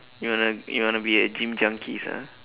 you wanna you wanna be a gym junkies ah